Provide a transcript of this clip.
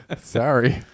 Sorry